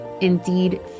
indeed